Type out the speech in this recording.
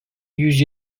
yüz